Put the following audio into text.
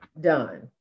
done